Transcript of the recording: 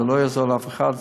ולא יעזור לאף אחד,